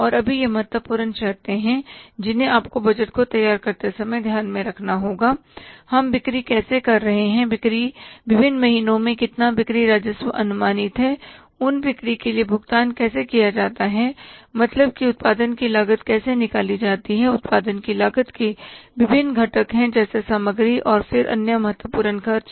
और अभी ये महत्वपूर्ण शर्तें हैं जिन्हें आपको बजट को तैयार करते समय ध्यान में रखना होगा हम बिक्री कैसे कर रहे हैं विभिन्न महीनों में कितना बिक्री राजस्व अनुमानित है उन बिक्री के लिए भुगतान कैसे किया जाता है मतलब कि उत्पादन की लागत कैसे निकाली जाती है और उत्पादन की लागत के विभिन्न घटक है जैसे सामग्री और फिर अन्य महत्वपूर्ण खर्च